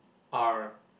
R